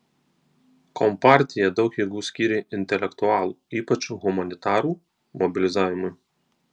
kompartija daug jėgų skyrė intelektualų ypač humanitarų mobilizavimui